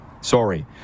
Sorry